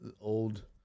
old